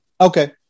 Okay